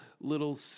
little